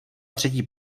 třetí